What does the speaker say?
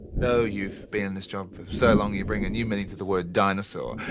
although you've been in this job for so long you bring a new meaning to the word dinosaur.